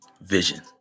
vision